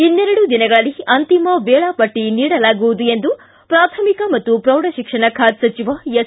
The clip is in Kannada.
ಇನ್ನೆರಡು ದಿನಗಳಲ್ಲಿ ಅಂತಿಮ ವೇಳಾಪಟ್ಟ ನೀಡಲಾಗುವುದು ಎಂದು ಪ್ರಾಥಮಿಕ ಹಾಗೂ ಪ್ರೌಢ ಶಿಕ್ಷಣ ಖಾತೆ ಸಚಿವ ಎಸ್